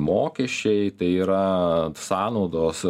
mokesčiai tai yra sąnaudos